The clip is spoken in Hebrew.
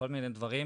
כל מיני דברים,